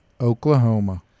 Oklahoma